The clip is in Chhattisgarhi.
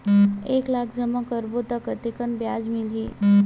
एक लाख जमा करबो त कतेकन ब्याज मिलही?